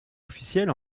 officiels